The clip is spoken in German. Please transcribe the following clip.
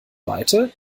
weite